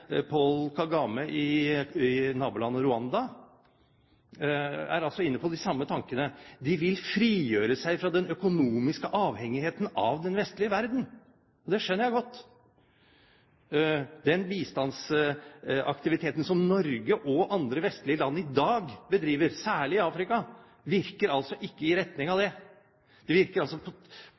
Kagame i nabolandet Rwanda er inne på de samme tankene. De vil frigjøre seg fra den økonomiske avhengigheten av den vestlige verden, og det skjønner jeg godt. Den bistandsaktiviteten som Norge og andre vestlige land i dag bedriver, særlig i Afrika, virker altså ikke i retning av det. Den virker